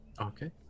Okay